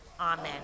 Amen